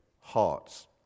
hearts